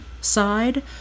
side